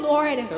Lord